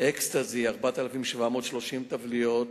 "אקסטזי" 4,730 טבליות,